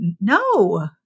no